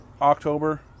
october